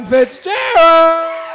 Fitzgerald